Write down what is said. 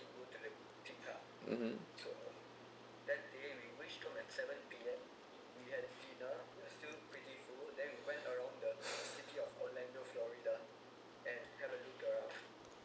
(uh huh)